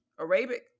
Arabic